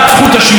אבל מה?